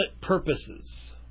purposes